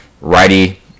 righty